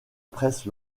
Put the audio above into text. presse